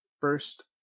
first